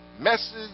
message